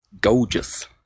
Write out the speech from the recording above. gorgeous